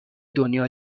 دنیا